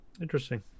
Interesting